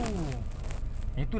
it's obvious semua